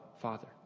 Father